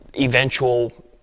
eventual